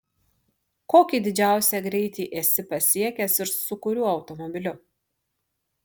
kokį didžiausią greitį esi pasiekęs ir su kuriuo automobiliu